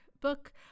book